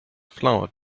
flower